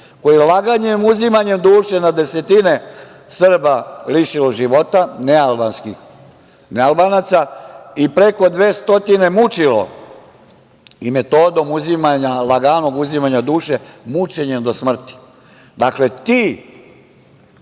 koji laganjem, uzimanjem duše na desetine Srba lišilo života, nealbanaca, i preko 200 mučilo i metodom laganog uzimanja duše, mučenjem do smrti. Dakle, ti